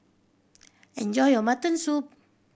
enjoy your mutton soup